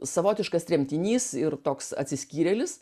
savotiškas tremtinys ir toks atsiskyrėlis